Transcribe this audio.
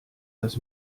das